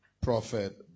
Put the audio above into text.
Prophet